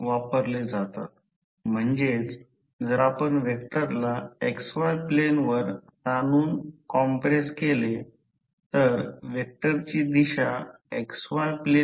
तर जेव्हा रोहीत्र भार करते तेव्हा तांबे लॉस पूर्ण भारच्या प्रमाणात दर्शविल्या गेलेल्या भारच्याप्रमाणे बदलला जातो